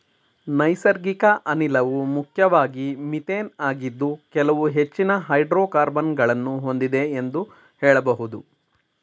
ನೈಸರ್ಗಿಕ ಅನಿಲವು ಮುಖ್ಯವಾಗಿ ಮಿಥೇನ್ ಆಗಿದ್ದು ಕೆಲವು ಹೆಚ್ಚಿನ ಹೈಡ್ರೋಕಾರ್ಬನ್ ಗಳನ್ನು ಹೊಂದಿದೆ ಎಂದು ಹೇಳಬಹುದು